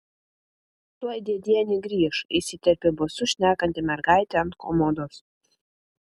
tuoj dėdienė grįš įsiterpė bosu šnekanti mergaitė ant komodos